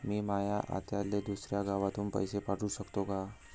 मी माया आत्याले दुसऱ्या गावातून पैसे पाठू शकतो का?